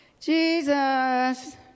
Jesus